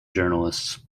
journalists